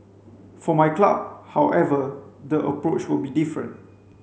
for my club however the approach will be different